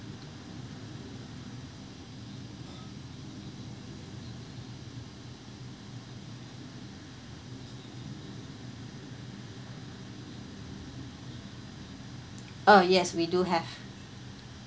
uh yes we do have